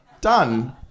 Done